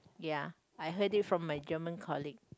ya I heard it from my German colleague